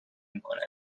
میکنند